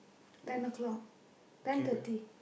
ten o-clock ten thirty